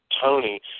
Tony